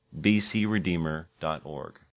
bcredeemer.org